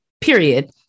period